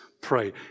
pray